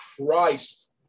Christ